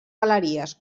galeries